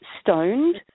stoned